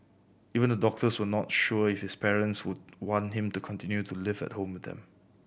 even the doctors were not sure if his parents would want him to continue to live at home with them